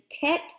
Tet